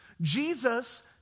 Jesus